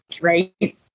right